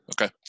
Okay